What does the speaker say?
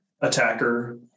attacker